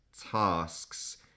tasks